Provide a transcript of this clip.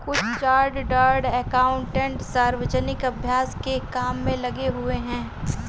कुछ chartered accountant सार्वजनिक अभ्यास के काम में लगे हुए हैं